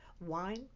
wine